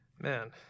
man